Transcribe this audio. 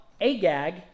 Agag